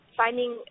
finding